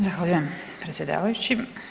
Zahvaljujem predsjedavajući.